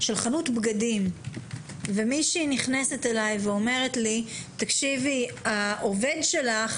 של חנות בגדים ומישהי נכנסת אלי ואומרת לי: העובד שלך,